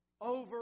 over